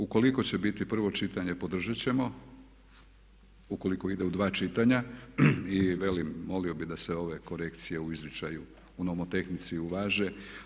Ukoliko će biti prvo čitanje podržat ćemo, ukoliko ide u dva čitanja i velim molio bih da se ove korekcije u izričaju u nomo-tehnički uvaže.